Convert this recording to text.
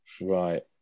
Right